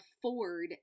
afford